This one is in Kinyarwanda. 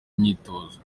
imyitozo